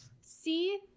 See